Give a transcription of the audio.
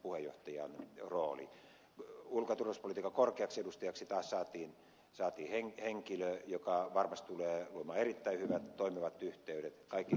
ulko ja turvallisuuspolitiikan korkeaksi edustajaksi taas saatiin henkilö joka varmasti tulee luomaan erittäin hyvät toimivat yhteydet kaikkiin kollegoihinsa